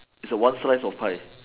is a one slice of pie